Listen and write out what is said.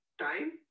Time